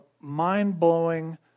mind-blowing